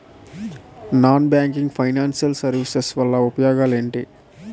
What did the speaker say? Non banking financial services వల్ల ఉపయోగాలు ఎంటి?